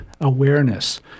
awareness